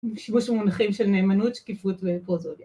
‫בשימוש במונחים של נאמנות, ‫שקיפות ופרוזודיה.